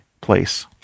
place